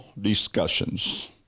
discussions